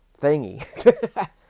thingy